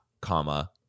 comma